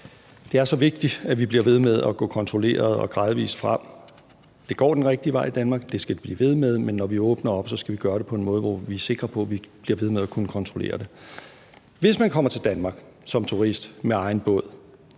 det er så vigtigt, at vi bliver ved med at gå kontrolleret og gradvis frem. Det går den rigtige vej i Danmark, det skal det blive ved med, og når vi åbner op, skal vi gøre det på en måde, hvor vi er sikre på, at vi bliver ved med at kunne kontrollere det. Hvis man kommer til Danmark som turist med egen båd